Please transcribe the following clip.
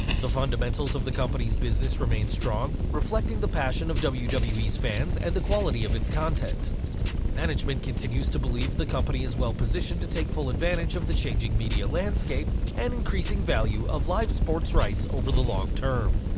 the fundamentals of the company's business remain strong reflecting the passion of wwe's wwe's fans and the quality of its content management continues to believe the company is well positioned to take full advantage of the changing media landscape and increasing value of live sports rights over the longer term.